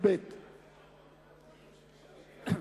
קבוצת סיעת קדימה,